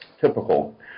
typical